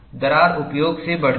दरार उपयोग से बढ़ती है